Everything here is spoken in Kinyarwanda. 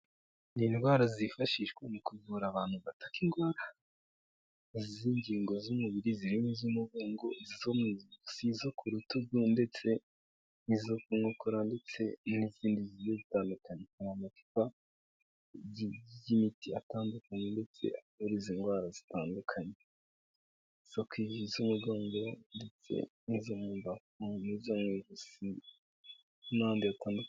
Ni indwara zifashishwa mu kuvura abantu bataka indwara zifata ingingo z'umubiri zirimo:iz'umugongo, izo mu ijosi,'izo ku rutugu ndetse n'izo ku nkokora ndetse n'izindi zigiye zitandukanye, hari amacupa y'imiti atandukanye ndetse atera izi indwara zitandukanye, izo ku ivi, iz'imigongo ndetse n'izo mu mbavu n'izo mu mpande zitandukanye.